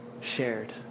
shared